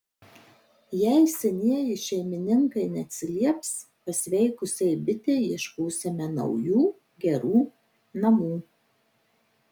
jei senieji šeimininkai neatsilieps pasveikusiai bitei ieškosime naujų gerų namų